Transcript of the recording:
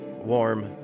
warm